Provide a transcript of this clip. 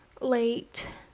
late